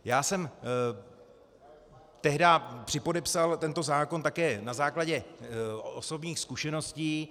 Já jsem tehdy připodepsal tento zákon také na základě osobních zkušeností.